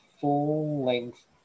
full-length